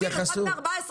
אפשר לראות מה זה אומר?